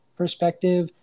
perspective